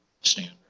standard